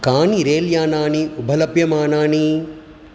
कानि रेल्यानानि उपलभ्यमानानि